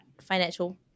financial